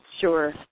Sure